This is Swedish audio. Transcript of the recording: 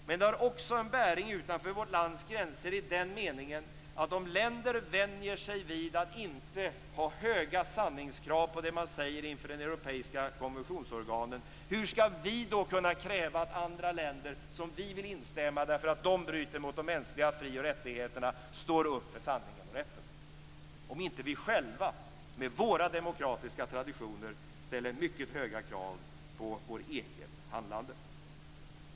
Men det har också en bäring utanför vårt lands gränser i den meningen att om länder vänjer sig vid att inte ha höga sanningskrav på det man säger inför de europeiska konventionsorganen, hur skall vi då kunna kräva att andra länder, som vi vill instämma därför att de bryter mot de mänskliga fri och rättigheterna, står upp för sanningen och rätten om inte vi själva med våra demokratiska traditioner ställer mycket höga krav på vårt eget handlande?